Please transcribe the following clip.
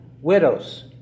widows